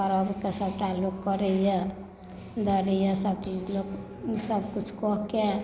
वएह तऽ सभटा लोग करैया धरैया सभ किछु लोग ई सभ किछु कऽ कऽ